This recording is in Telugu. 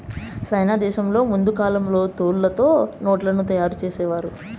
సైనా దేశంలో ముందు కాలంలో తోలుతో నోట్లను తయారు చేసేవారు